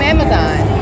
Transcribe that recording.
Amazon